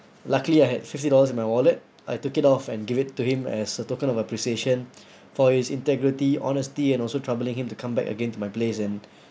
luckily I had fifty dollars in my wallet I took it off and give it to him as a token of appreciation for his integrity honesty and also troubling him to come back again to my place and